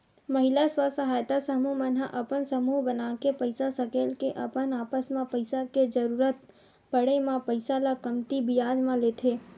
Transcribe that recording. महिला स्व सहायता समूह मन ह अपन समूह बनाके पइसा सकेल के अपन आपस म पइसा के जरुरत पड़े म पइसा ल कमती बियाज म लेथे